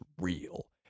real